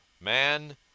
Man